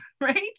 right